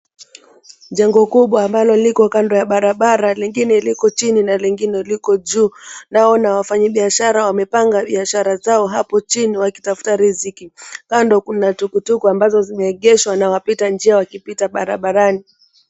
Jengo kubwa ambalo liko kando ya barabara, lingine liko chini na lingine liko juu. Naona wafanyibiashara wamepanga biashara zao hapo chini wakitafuta riziki. Kando kuna tukutuku ambazo zimeegeshwa na wapita njia wakipita barabarani.